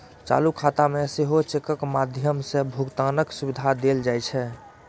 चालू खाता मे सेहो चेकक माध्यम सं भुगतानक सुविधा देल जाइ छै